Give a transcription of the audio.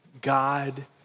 God